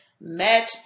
match